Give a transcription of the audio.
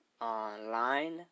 online